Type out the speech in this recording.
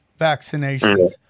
vaccinations